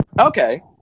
okay